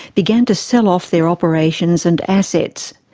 began to sell off their operations and assets.